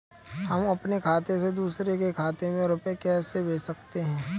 हम अपने खाते से दूसरे के खाते में रुपये कैसे भेज सकते हैं?